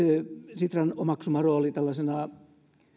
sitran omaksuma rooli tällaisena